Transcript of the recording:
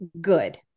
good